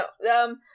No